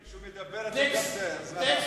כשהוא מדבר, הוא מדבר.